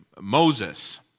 Moses